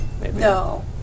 No